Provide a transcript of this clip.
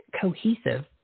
cohesive